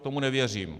Tomu nevěřím.